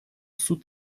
суд